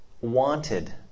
wanted